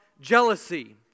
jealousy